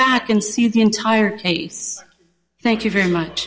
back and see the entire case thank you very much